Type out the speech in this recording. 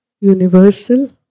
Universal